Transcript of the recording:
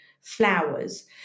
flowers